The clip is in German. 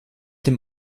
dem